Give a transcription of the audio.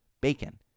bacon